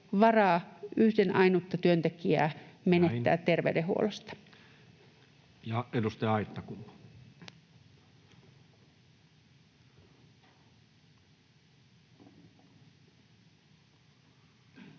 yhden ainutta työntekijää menettää terveydenhuollosta. Näin. — Ja edustaja Aittakumpu. Arvoisa